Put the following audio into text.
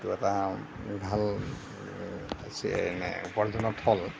এইটো এটা ভাল হৈছে এনে উপাৰ্জনৰ থল